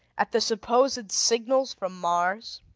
at the supposed signals from mars.